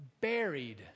Buried